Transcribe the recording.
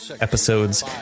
episodes